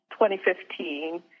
2015